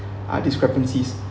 uh discrepancies